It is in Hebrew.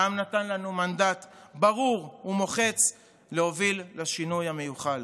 העם נתן לנו מנדט ברור ומוחץ להוביל לשינוי המיוחל.